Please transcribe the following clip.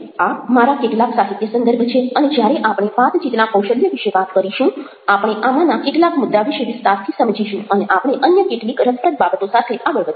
આ મારા કેટલાક સાહિત્ય સંદર્ભ છે અને જ્યારે આપણે વાતચીતના કૌશલ્ય વિશે વાત કરીશું આપણે આમાંના કેટલાક મુદ્દા વિશે વિસ્તારથી સમજીશું અને આપણે અન્ય કેટલીક રસપ્રદ બાબતો સાથે આગળ વધીશું